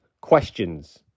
questions